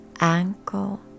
ankle